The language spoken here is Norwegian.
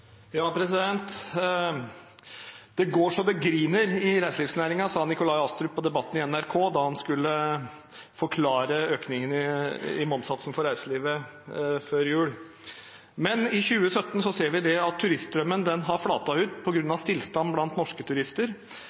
Det går så det griner i reiselivsnæringen, sa Nikolai Astrup i Debatten i NRK før jul da han skulle forklare økningen i momssatsen for reiselivet. Men i 2017 så vi at turiststrømmen flatet ut på grunn av stillstand blant norske turister.